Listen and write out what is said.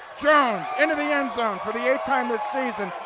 jones into the end zone for the eighth time this season.